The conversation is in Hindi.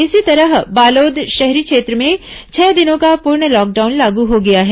इसी तरह बालोद शहरी क्षेत्र में छह दिनों का पूर्ण लॉकडाउन लागू हो गया है